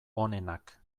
onenak